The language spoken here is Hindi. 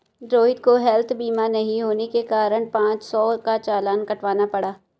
रोहित को हैल्थ बीमा नहीं होने के कारण पाँच सौ का चालान कटवाना पड़ा